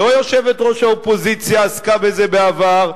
ולא יושבת-ראש האופוזיציה עסקה בזה בעבר,